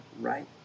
right